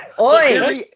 Oi